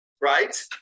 right